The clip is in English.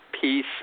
peace